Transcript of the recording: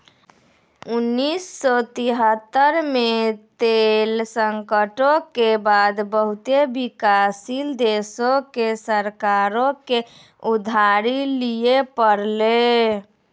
उन्नीस सौ तेहत्तर मे तेल संकटो के बाद बहुते विकासशील देशो के सरकारो के उधारी लिये पड़लै